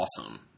awesome